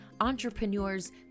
entrepreneurs